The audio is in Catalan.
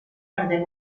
perdem